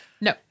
No